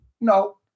no